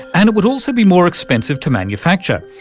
and it would also be more expensive to manufacture,